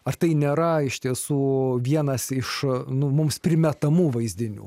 ar tai nėra iš tiesų vienas iš nu mums primetamų vaizdinių